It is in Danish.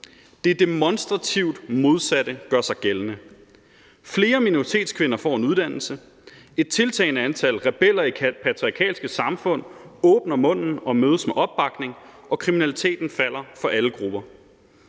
Det stik modsatte gør sig gældende. Flere minoritetskvinder får en uddannelse, et tiltagende antal rebeller i patriarkalske samfund åbner munden og mødes med opbakning, og kriminaliteten falder for alle grupper.